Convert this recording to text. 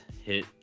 hit